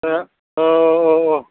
हा औ औ औ